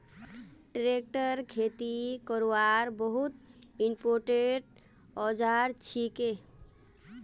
tractor खेती करवार बहुत इंपोर्टेंट औजार छिके